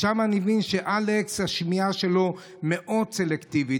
אז אני מבין שאלכס, השמיעה שלו מאוד סלקטיבית.